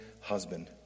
husband